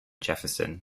jefferson